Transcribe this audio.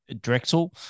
Drexel